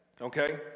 okay